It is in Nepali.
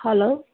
हेलो